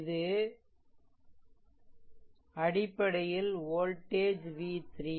இது அடிப்படையில் voltage v3